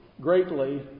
greatly